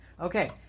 Okay